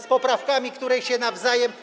z poprawkami, które się nawzajem.